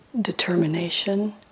determination